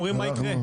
הם אומרים מה יקרה.